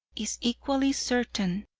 is equally certain.